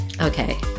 okay